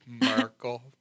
Merkel